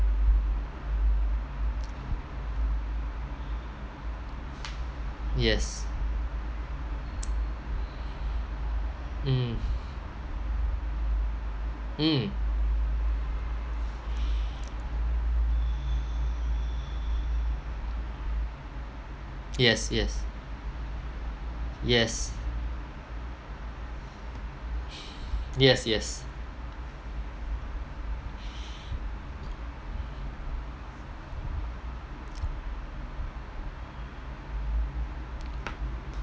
yes mm mm yes yes yes yes yes